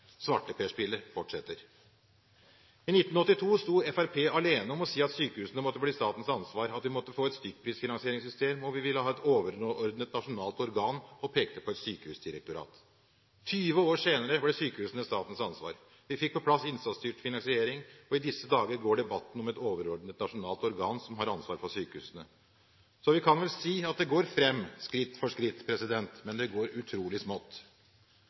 Svarteperspillet fortsetter. I 1982 var Fremskrittspartiet alene om å si at sykehusene måtte bli statens ansvar, og at vi måtte få et stykkprisfinansieringssystem. Vi ville ha et overordnet, nasjonalt organ og pekte på et sykehusdirektorat. 20 år senere ble sykehusene statens ansvar. Vi fikk på plass innsatsstyrt finansiering, og i disse dager går debatten om et overordnet, nasjonalt organ som har ansvar for sykehusene. Så vi kan vel si at det går fremover skritt for skritt, men det går utrolig